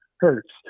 hurts